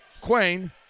Quain